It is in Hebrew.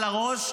על הראש,